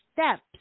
steps